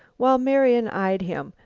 while marian eyed him,